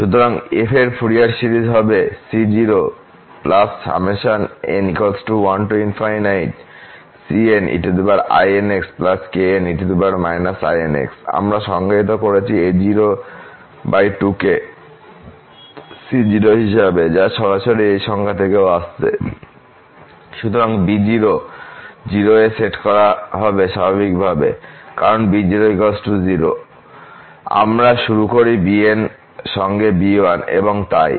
সুতরাং f এর Fourier series হবে আমরা সংজ্ঞায়িত করেছি a02 কে c0 হিসাবে যা সরাসরি এই সংজ্ঞা থেকেও আসছে যেখানে b0 0 এ সেট করা হবে স্বাভাবিকভাবে কারণ b0 0 আমরা শুরু করি bn সঙ্গে b1 এবং তাই